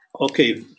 Okay